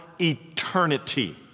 eternity